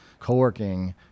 Coworking